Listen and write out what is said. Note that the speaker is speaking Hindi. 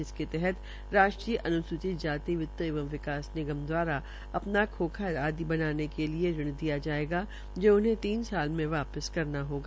जिसके तहत राष्ट्रीय अन्सूचित जाति वित्त एवं विकास निगम द्वारा अपना खोखा इत्यादि बनाने के लिए ऋण दिया जाएगा जो उन्हें तीन साल में वापस करना होगा